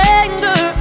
anger